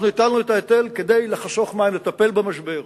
אנחנו הטלנו את ההיטל כדי לחסוך מים, לטפל במשבר.